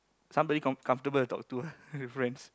somebody com~ comfortable to talk to ah with ranks